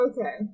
okay